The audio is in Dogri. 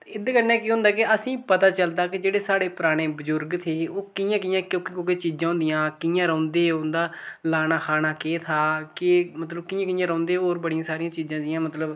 ते एह्दे कन्नै केह् होंदा के असेंगी पता चलदा के जेह्ड़े साढ़े पराने बुजुर्ग थे ओह् कि'यां कि'यां कोह्की कोह्की चीजां होंदियां कि'यां रौंह्दे उं'दा लाना खाना केह् था केह् मतलब कि'यां कि'यां रौंह्दे होर बड़ियां सारी चीजां जियां मतलब